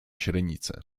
źrenice